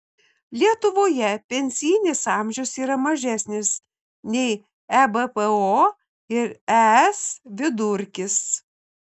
lietuvoje pensinis amžius yra mažesnis nei ebpo ir es vidurkis